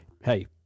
Hey